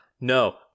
no